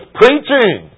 preaching